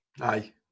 Aye